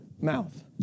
mouth